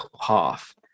half